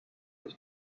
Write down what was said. his